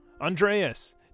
Andreas